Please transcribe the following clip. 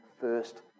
first